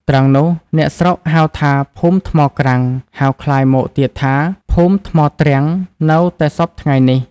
ត្រង់នោះ អ្នកស្រុកហៅថាភូមិថ្មក្រាំង ហៅក្លាយមកទៀតថា ភូមិថ្មទ្រាំងនៅតែសព្វថ្ងៃនេះ ។